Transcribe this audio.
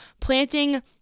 planting